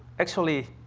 actually,